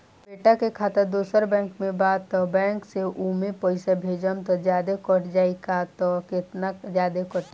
बेटा के खाता दोसर बैंक में बा त ए बैंक से ओमे पैसा भेजम त जादे कट जायी का त केतना जादे कटी?